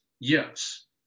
Yes